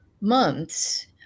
months